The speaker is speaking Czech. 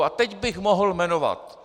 A teď bych mohl jmenovat.